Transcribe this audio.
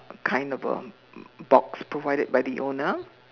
kind of a box provided by the owner